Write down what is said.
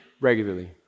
regularly